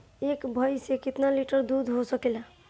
एक भइस से कितना लिटर दूध हो सकेला?